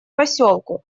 поселку